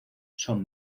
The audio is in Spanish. son